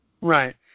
Right